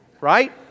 Right